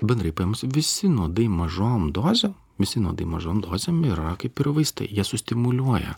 bendrai paėmus visi nuodai mažom dozėm visi nuodai mažom dozėm yra kaip ir vaistai jie sustimuliuoja